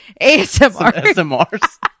ASMR